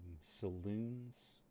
saloon's